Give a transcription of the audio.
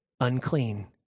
unclean